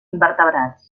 invertebrats